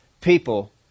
people